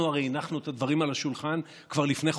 אנחנו הרי הנחנו את הדברים על השולחן כבר לפני חודשים.